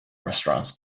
restaurants